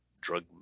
drug